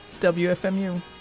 wfmu